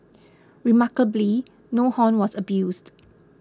remarkably no horn was abused